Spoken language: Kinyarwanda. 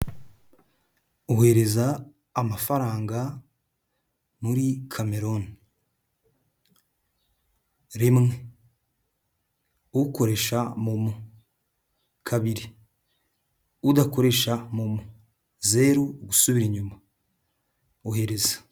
Ohereza amafaranga muri Cameroon, rimwe ukoresha momo, kabiri udakoresha momo, zeru gusubira inyuma, ohereza.